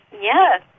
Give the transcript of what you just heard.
Yes